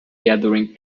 gathering